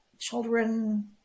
children